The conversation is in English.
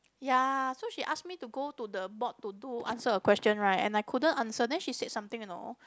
ya so she ask me to go to the board to do answer a question right and I couldn't answer and then she said something you know